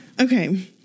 Okay